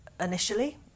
initially